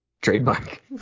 Trademark